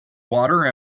water